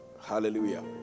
Hallelujah